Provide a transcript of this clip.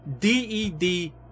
D-E-D